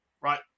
right